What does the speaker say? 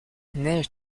neige